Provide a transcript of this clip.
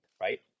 right